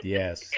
yes